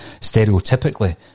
Stereotypically